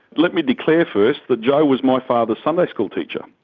let me declare first that joh was my father's sunday school teacher,